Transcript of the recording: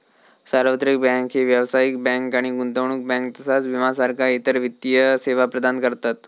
सार्वत्रिक बँक ही व्यावसायिक बँक आणि गुंतवणूक बँक तसाच विमा सारखा इतर वित्तीय सेवा प्रदान करतत